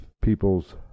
people's